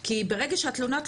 כי ברגע שהתלונה,